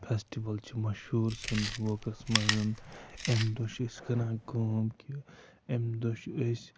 festival چھِ مشہوٗر سٲنِس ووکَس منٛز و اَمہِ دۄہ چھِ أسۍ کَران کٲم کہِ اَمہِ دۄہ چھِ أسۍ